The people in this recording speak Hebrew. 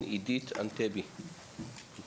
דינה צימרמן מנהלת המחלקה לאם ולילד,